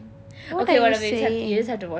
what are you saying